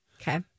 Okay